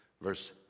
Verse